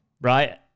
right